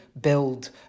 build